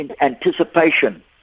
anticipation